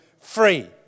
free